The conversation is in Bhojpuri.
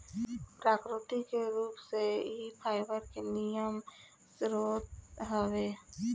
प्राकृतिक रूप से इ फाइबर के निमन स्रोत हवे